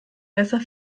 besser